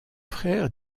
frère